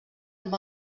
amb